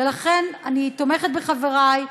ולכן אני תומכת בחברי,